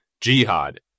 Jihad